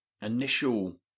initial